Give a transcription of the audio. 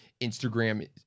Instagram